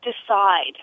decide